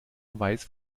weiß